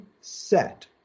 set